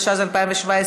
התשע"ז 2017,